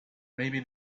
maybe